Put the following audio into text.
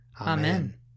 Amen